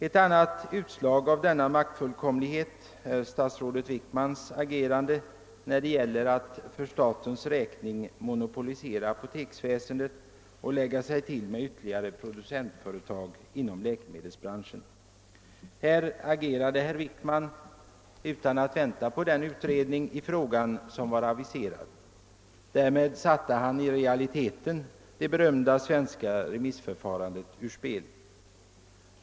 Ett annat utslag av denna maktfullkomlighet är statsrådet Wickmans agerande när det gäller att för statens räkning monopolisera apoteksväsendet och lägga sig till med ytterligare producentföretag inom läkemedelsbranschen. Här agerade herr Wickman utan att vänta på resultatet av den utredning i frågan som var aviserad. Därmed satte han i realiteten det berömda svenska remissförfarandet ur spel.